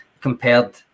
Compared